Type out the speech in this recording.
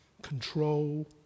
control